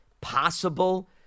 Possible